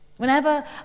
Whenever